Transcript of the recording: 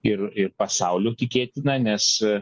ir ir pasaulio tikėtina nes